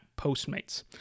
Postmates